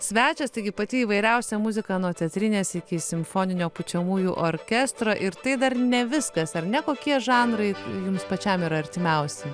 svečias taigi pati įvairiausia muzika nuo centrinės iki simfoninio pučiamųjų orkestro ir tai dar ne viskas ar ne kokie žanrai jums pačiam yra artimiausi